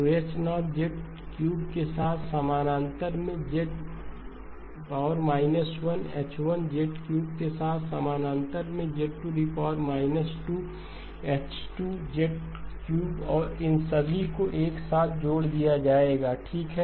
तोH0 के साथ समानांतर में Z 1H1 के साथ समानांतर में Z 2 H2 और इन सभी को एक साथ जोड़ दिया जाएगा ठीक है